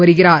வருகிறார்